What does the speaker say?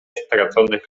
straconych